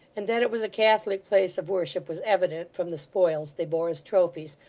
and that it was a catholic place of worship was evident from the spoils they bore as trophies,